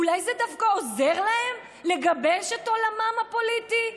אולי זה דווקא עוזר להם לגבש את עולמם הפוליטי?